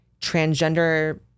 Transgender